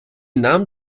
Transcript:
нам